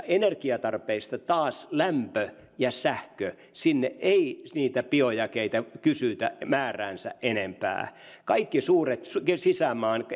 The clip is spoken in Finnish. energiatarpeista taas lämpö ja sähkö ovat sellaisia että sinne ei niitä biojakeita kysytä määräänsä enempää esimerkiksi kaikki suuret sisämaan